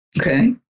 Okay